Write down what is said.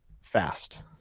fast